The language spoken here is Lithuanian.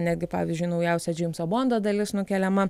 netgi pavyzdžiui naujausia džeimso bondo dalis nukeliama